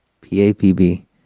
P-A-P-B